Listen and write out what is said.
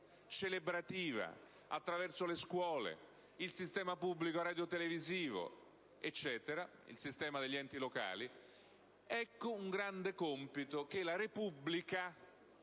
celebrativa attraverso le scuole, il sistema pubblico radiotelevisivo ed il sistema degli enti locali. È questo un grande compito che la Repubblica,